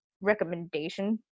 recommendation